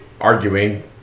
arguing